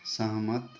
सहमत